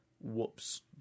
Whoops